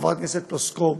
חברת הכנסת פלוסקוב,